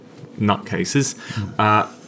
nutcases